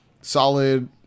solid